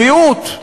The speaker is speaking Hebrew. בריאות.